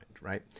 right